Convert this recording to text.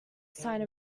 sigh